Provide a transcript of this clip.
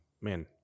Man